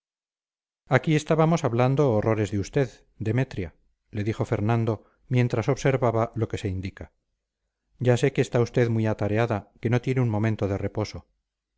aquí estábamos hablando horrores de usted demetria le dijo fernando mientras observaba lo que se indica ya sé que está usted muy atareada que no tiene un momento de reposo